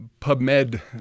PubMed